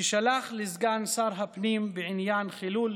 ששלח לסגן שר הפנים בעניין חילול